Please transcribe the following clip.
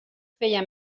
feia